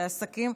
העסקים,